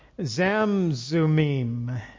Zamzumim